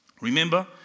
Remember